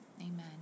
Amen